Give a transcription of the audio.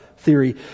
Theory